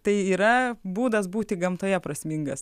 tai yra būdas būti gamtoje prasmingas